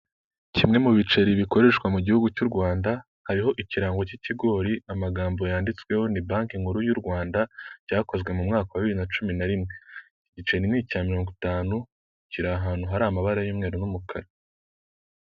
Kimwe mu biceri bikoreshwa mu gihugu cy'u Rwanda hariho ikirango cy'ikigori amagambo yanditsweho ni banki nkuru y'u Rwanda byakozwe mu mwaka wa bibiri na cumi na rimwe, igiceri ni icya mirongo itanu, kiri ahantu hari amabara y'umweru n'umukara.